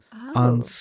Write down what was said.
on